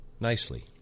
nicely